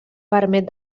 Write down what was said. permet